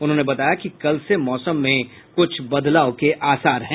उन्होंने बताया कि कल से मौसम में कुछ बदलाव के आसार हैं